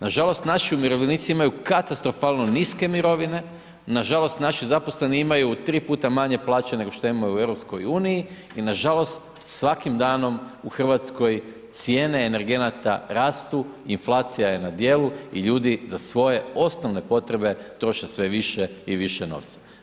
Nažalost naši umirovljenici imaju katastrofalno niske mirovine, nažalost naši zaposleni imaju tri puta manje plaće nego što imaju u Europskoj uniji i nažalost svakim danom u Hrvatskoj cijene energenata rastu, inflacija je na dijelu i ljudi za svoje osnovne potrebe troše sve više i više novca.